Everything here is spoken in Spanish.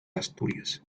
asturias